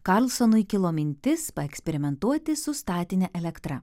karlsonui kilo mintis paeksperimentuoti su statine elektra